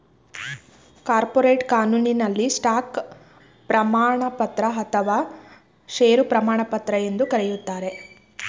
corporate ಕಾನೂನಿನಲ್ಲಿ stock ಪ್ರಮಾಣಪತ್ರ ಅಥವಾ ಶೇರು ಪ್ರಮಾಣಪತ್ರ ಎಂದು ಕರೆಯುತ್ತಾರೆ